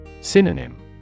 Synonym